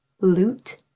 loot